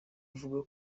buvuga